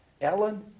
Ellen